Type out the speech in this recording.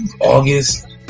August